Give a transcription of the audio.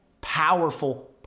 powerful